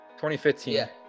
2015